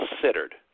considered